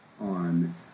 on